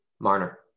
Marner